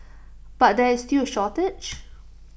but there is still A shortage